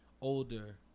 older